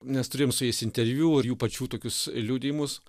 nes turėjom su jais interviu ir jų pačių tokius liudijimus